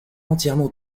entièrement